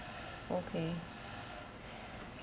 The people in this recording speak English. okay